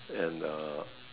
and uh